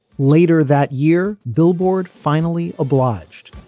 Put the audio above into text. later that year billboard finally obliged